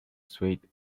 swayed